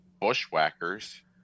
Bushwhackers